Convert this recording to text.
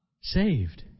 saved